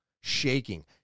shaking